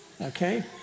Okay